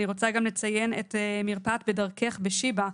אני רוצה גם לציין את מרפאת "בדרכך" בבית החולים שיבא,